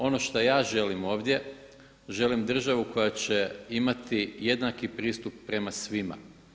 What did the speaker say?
Ono što ja želim ovdje želim državu koja će imati jednaki pristup prema svima.